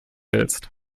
willst